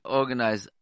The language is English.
organize